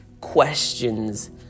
questions